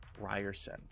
ryerson